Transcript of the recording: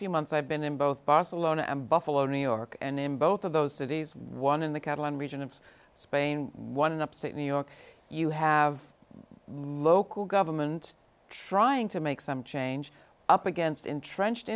few months i've been in both barcelona and buffalo new york and in both of those cities one in the catalan region of spain one and upstate new york you have one local government trying to make some change up against entrenched